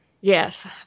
Yes